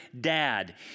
dad